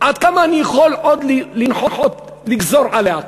עד כמה אני יכול עוד לגזור עליה,